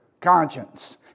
conscience